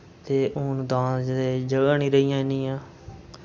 ते हून दांद ते जगहं निं रेहियां इन्नियां